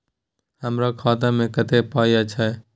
हमरा खाता में कत्ते पाई अएछ?